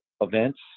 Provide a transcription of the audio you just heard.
events